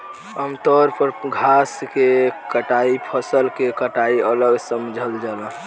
आमतौर पर घास के कटाई फसल के कटाई अलग समझल जाला